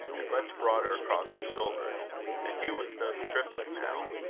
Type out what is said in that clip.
and much broader across the shoulders and hugh was no stripling now.